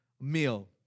meal